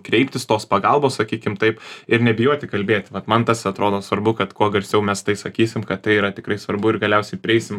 kreiptis tos pagalbos sakykim taip ir nebijoti kalbėti vat man tas ir atrodo svarbu kad kuo garsiau mes tai sakysim kad tai yra tikrai svarbu ir galiausiai prieisim